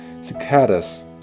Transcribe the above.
cicadas